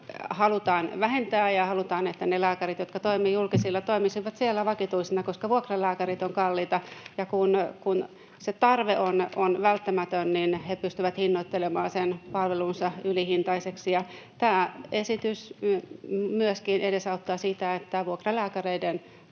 halutaan vähentää ja halutaan, että ne lääkärit, jotka toimivat julkisilla, toimisivat siellä vakituisina, koska vuokralääkärit ovat kalliita, ja kun se tarve on välttämätön, niin he pystyvät hinnoittelemaan palvelunsa ylihintaiseksi. Tämä esitys myöskin edesauttaa sitä, että vuokralääkäreiden